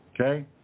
Okay